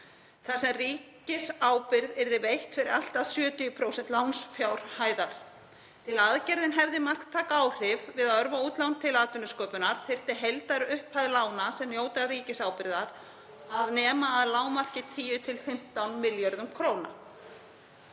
þar sem ríkisábyrgð yrði veitt fyrir allt að 70% lánsfjárhæðar. Til að aðgerðin hefði marktæk áhrif við að örva útlán til atvinnusköpunar þyrfti heildarupphæð lána sem njóta ríkisábyrgðar að nema að lágmarki 10–15 milljörðum kr.